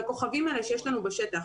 לכוכבים האלה שיש לנו בשטח.